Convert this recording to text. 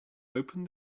opened